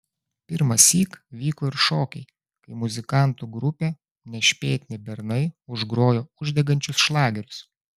pirmąsyk vyko ir šokiai kai muzikantų grupė nešpėtni bernai užgrojo uždegančius šlagerius